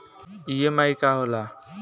EMI का होला?